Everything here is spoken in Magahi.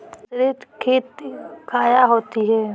मिसरीत खित काया होती है?